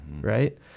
right